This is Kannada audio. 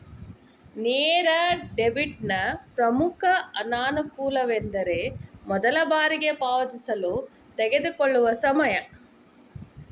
ನೇರ ಡೆಬಿಟ್ನ ಪ್ರಮುಖ ಅನಾನುಕೂಲವೆಂದರೆ ಮೊದಲ ಬಾರಿಗೆ ಪಾವತಿಸಲು ತೆಗೆದುಕೊಳ್ಳುವ ಸಮಯ